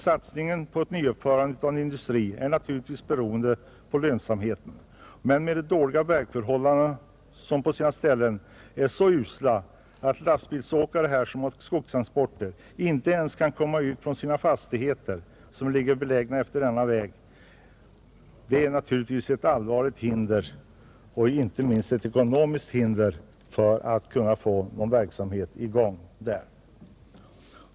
Satsningen på ett sådant nyuppförande är naturligtvis beroende av lönsamheten, De dåliga vägförhållandena — de är på sina ställen så usla att lastbilsåkare som har skogstransporter inte ens kan komma ut från sina fastigheter som ligger utefter denna väg — är naturligtvis ett allvarligt hinder, inte minst ekonomiskt, för att få någon verksamhet i gång här.